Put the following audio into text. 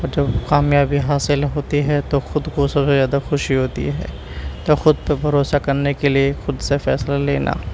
اور جب کامیابی حاصل ہوتی ہے تو خود کو سب سے زیادہ خوشی ہوتی ہے تو خود پہ بھروسہ کرنے کے لیے خود سے فیصلہ لینا